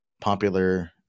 popular